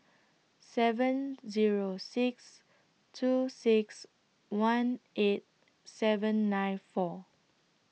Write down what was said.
seven Zero six two six one eight seven nine four